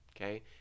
Okay